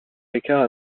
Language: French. ricard